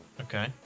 Okay